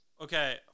Okay